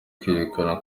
kwerekana